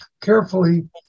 carefully